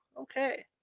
okay